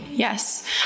Yes